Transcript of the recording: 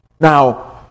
Now